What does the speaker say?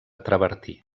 travertí